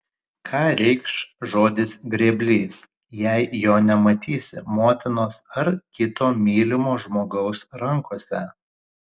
ką reikš žodis grėblys jei jo nematysi motinos ar kito mylimo žmogaus rankose